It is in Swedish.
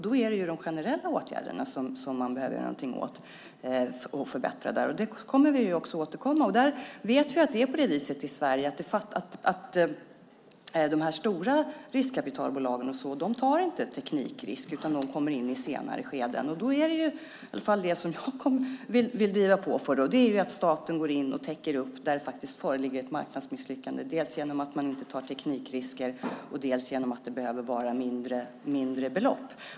Då är det de generella åtgärderna som man behöver göra någonting åt och förbättra. Där kommer vi att återkomma. Vi vet att de stora riskkapitalbolagen i Sverige inte tar teknikrisker, utan de kommer in i senare skeden. Därför vill i alla fall jag driva på så att staten går in och täcker upp där det faktiskt föreligger ett marknadsmisslyckande dels genom att man inte tar teknikrisker, dels genom att det behöver vara mindre belopp.